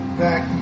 back